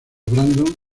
brandon